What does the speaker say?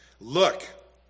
Look